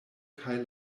kaj